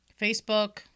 Facebook